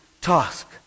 task